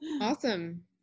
Awesome